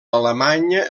alemanya